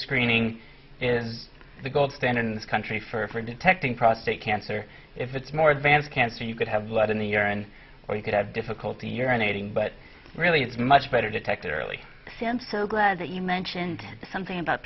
screening is the gold standard in this country for detecting prostate cancer if it's more advanced cancer you could have blood in the urine or you could have difficulty urinating but really it's much better detected early since so glad that you mentioned something about